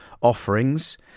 offerings